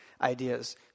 ideas